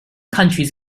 countries